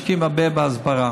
משקיעים הרבה בהסברה.